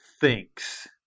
thinks